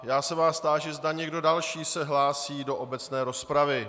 Já se vás táži, zda někdo další se hlásí do obecné rozpravy.